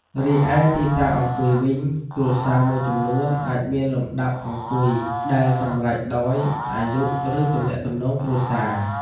រីឯ ទីតាំងអង្គុយវិញ គ្រួសារមួយចំនួន អាចមានលំដាប់អង្គុយដែលសម្រេចដោយអាយុ ឬទំនាក់ទំនងគ្រួសារ។